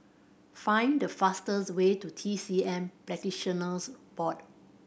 find the fastest way to T C M Practitioners Board